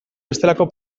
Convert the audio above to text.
bestelako